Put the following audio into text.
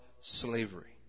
slavery